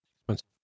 expensive